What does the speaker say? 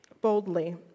boldly